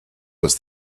was